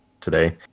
today